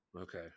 okay